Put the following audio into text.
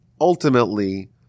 ultimately